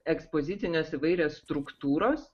ekspozicinės įvairios struktūros